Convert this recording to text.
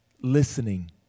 listening